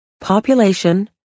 population